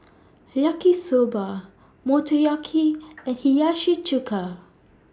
Yaki Soba Motoyaki and Hiyashi Chuka